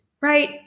Right